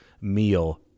meal